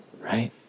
right